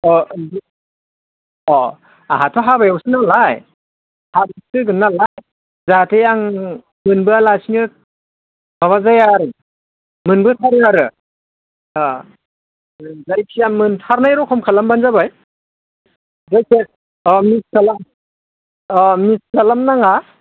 अह अह आहाथ' हाबायावसो नालाय हाबायावसो होगोन नालाय जाहाते आं मोनबा लाखिनो माबा जाया आरो मोनबोथारो आरो अह जायखिया मोनथारनाय रखम खालामबानो जाबाय जायखिया अह मिस खालाम अह मिस खालाम नाङा